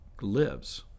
lives